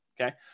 okay